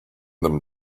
them